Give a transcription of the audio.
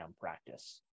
practice